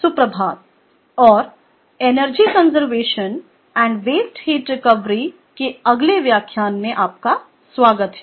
सुप्रभात और energy conservation and waste heat recovery के अगले व्याख्यान में आपका स्वागत है